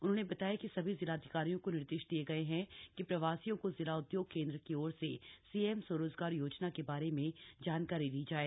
उन्होंने बताया कि सभी जिलाधिकारियों को निर्देश दिये गये हैं कि प्रवासियों को जिला उद्योग केन्द्र की ओर से सीएम स्वरोजगार योजना के बारे में जानकारी दी जाए